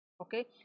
Okay